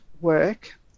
work